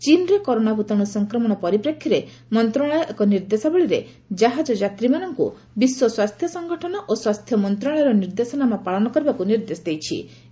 ଚୀନ୍ରେ କରୋନା ଭୂତାଣୁ ସଂକ୍ରମଣ ପରିପ୍ରେକ୍ଷୀରେ ମନ୍ତ୍ରଣାଳୟ ଏକ ନିର୍ଦ୍ଦେଶାବଳୀରେ ଜାହାଜ ଯାତ୍ରୀମାନଙ୍କୁ ବିଶ୍ୱ ସ୍ୱାସ୍ଥ୍ୟ ସଂଗଠନ ଓ ସ୍ୱାସ୍ଥ୍ୟ ମନ୍ତ୍ରଣାଳୟର ନିର୍ଦ୍ଦେଶନାମା ପାଳନ କରିବାକୁ ନିର୍ଦ୍ଦେଶ ଦେଇଚି